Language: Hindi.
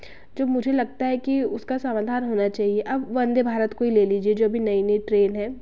जो मुझे लगता है कि उसका समाधान होना चाहिए अब वंदे भारत को ही ले लीजिए जो अभी नई नई ट्रेन है